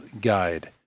Guide